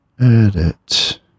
edit